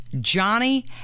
Johnny